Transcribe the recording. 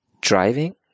driving